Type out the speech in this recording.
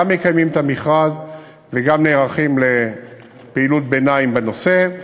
גם מקיימים את המכרז וגם נערכים לפעילות ביניים בנושא.